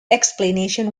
explanations